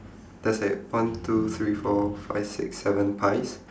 there's like one two three four five six seven pies